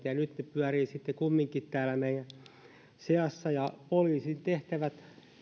pyörii sitten kumminkin täällä meidän seassa ja poliisin tehtävät